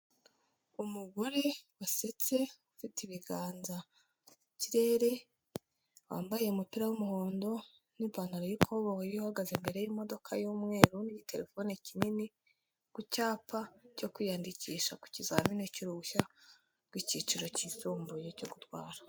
Umugore wasetse ufite ibiganza mu kirere, wambaye umupira w'umuhondo n'ipantalo y'ikoboyi, wari uhagaze imbere y'imodoka y'umweru, igitelefone kinini, ku cyapa cyo kwiyandikisha ku kizamini cy'uruhushya rw'icyiciro cy'isumbuye cyo gutwara.